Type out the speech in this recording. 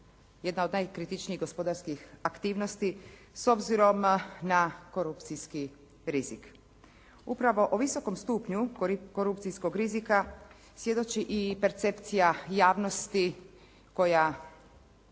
jedan od najkritičnijih gospodarskih aktivnosti s obzirom na korupcijski rizik. Upravo o visokom stupnju korupcijskog rizika svjedoči i percepcija javnosti koja